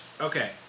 okay